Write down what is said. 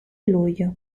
luglio